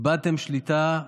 איבדתם שליטה,